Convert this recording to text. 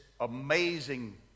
amazing